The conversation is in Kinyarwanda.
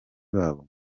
babo